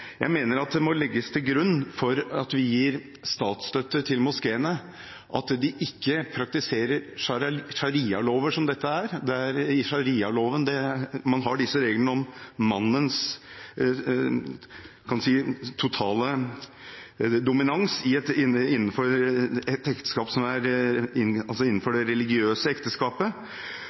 Jeg mener at det må legges til grunn for å gi statsstøtte til moskeene at de ikke praktiserer sharialover, som dette er. Det er i sharialoven man har reglene om mannens totale dominans innenfor det religiøse ekteskapet.